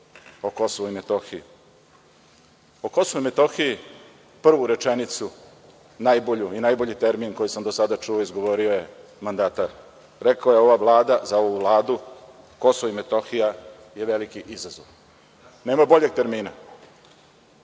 o Kosovu i Metohiji.O Kosovu i Metohiji prvu rečenicu, najbolju i najbolji termin koji sam do sada čuo, izgovorio je mandatar. Rekao je – za ovu Vladu Kosovo i Metohija je veliki izazov. Nema boljeg termina.